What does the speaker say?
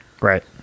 Right